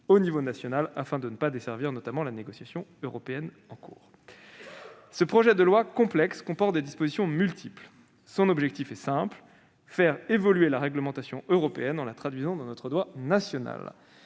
pensons notamment que celles-ci desserviraient la négociation européenne en cours. Ce projet de loi complexe comporte des dispositions multiples. Son objet est simple : faire évoluer la réglementation européenne, en la traduisant dans notre droit national.